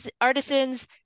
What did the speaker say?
artisans